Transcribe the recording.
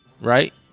Right